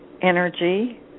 energy